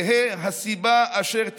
תהיה הסיבה אשר תהיה,